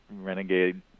renegade